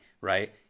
Right